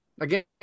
again